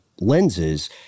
lenses